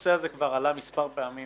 הנושא הזה כבר עלה מספר פעמים